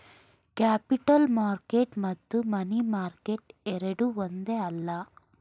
capital market ಮತ್ತು money market ಎರಡೂ ಒಂದೇ ಅಲ್ಲ